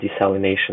desalination